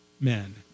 men